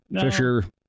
fisher